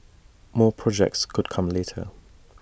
more projects could come later